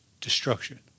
Destruction